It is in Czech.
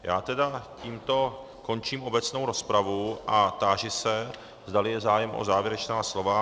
Já tedy tímto končím obecnou rozpravu a táži se, zdali je zájem o závěrečná slova.